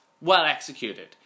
well-executed